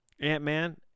Ant-Man